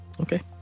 Okay